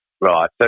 Right